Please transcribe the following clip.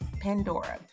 Pandora